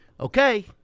okay